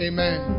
Amen